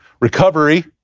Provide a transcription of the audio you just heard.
Recovery